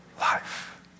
life